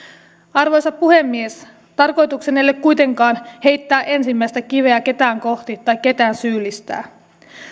arvoisa puhemies tarkoitukseni ei ole kuitenkaan heittää ensimmäistä kiveä ketään kohti tai ketään syyllistää